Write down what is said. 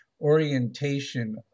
orientation